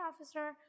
officer